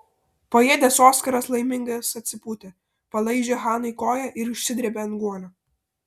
paėdęs oskaras laimingas atsipūtė palaižė hanai koją ir išsidrėbė ant guolio